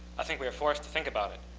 i think we are forced to think about it.